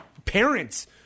Parents